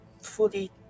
fully